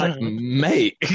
mate